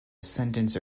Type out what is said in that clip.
sentence